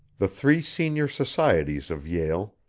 the three senior societies of yale,